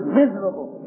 miserable